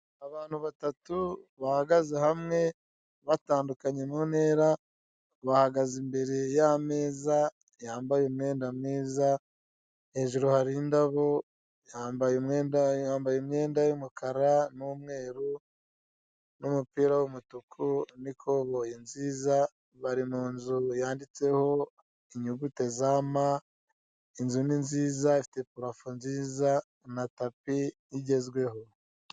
Abantu batatu bahagaze hamwe batandukanye mu ntera bahagaze imbere yameza yambaye umwenda mwiza hejuru hari indabo , yambaye imyenda y'umukara n'umweru n'umupira wumutuku nikoboyi nziza bari munzu yanditseho inyuguti za M, inzu ni nziza ifite prafo nziza na tapi igezweho .